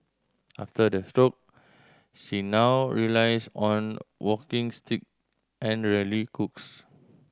after the stroke she now relies on walking stick and rarely cooks